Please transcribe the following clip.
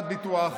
ביטוח.